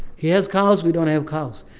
he has cows. we don't have cows.